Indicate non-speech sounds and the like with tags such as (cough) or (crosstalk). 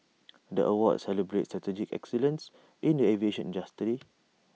(noise) the awards celebrate strategic excellence in the aviation (unintelligible)